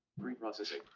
Pre-processing